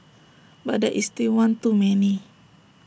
but that is still one too many